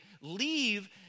leave